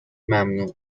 ممنوع